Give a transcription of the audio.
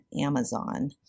Amazon